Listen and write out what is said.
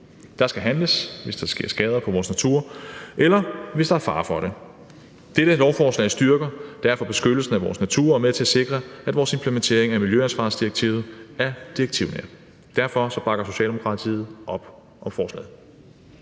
Der skal handles, hvis der sker skader på vores natur, eller hvis der er fare for det. Dette lovforslag styrker derfor beskyttelsen af vores natur og er med til at sikre, at vores implementering af miljøansvarsdirektivet er direktivnært. Derfor bakker Socialdemokratiet op om forslaget.